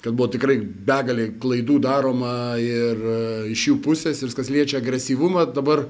kad buvo tikrai begalė klaidų daroma ir iš jų pusės ir kas liečia agresyvumą dabar